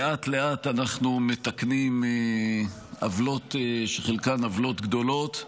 לאט-לאט אנחנו מתקנים עוולות שחלקן עוולות גדולות.